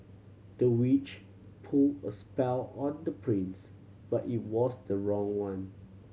the witch put a spell on the prince but it was the wrong one